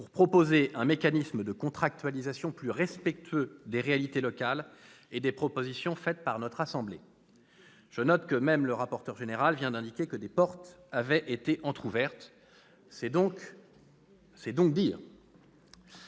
pour proposer un mécanisme de contractualisation plus respectueux des réalités locales et des propositions faites par notre assemblée. Je note que M. le rapporteur général vient d'indiquer que des portes avaient été entrouvertes ; c'est tout dire !